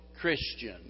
Christian